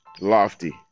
lofty